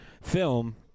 film